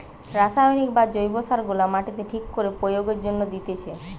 রাসায়নিক বা জৈব সার গুলা মাটিতে ঠিক করে প্রয়োগের জন্যে দিতেছে